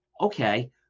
Okay